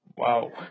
wow